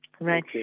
right